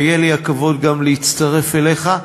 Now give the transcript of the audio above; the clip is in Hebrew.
ויהיה לי הכבוד גם להצטרף אליך,